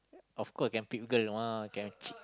of course can pick girl mah can chicks